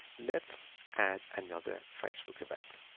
let's add another facebook event.